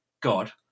God